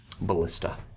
ballista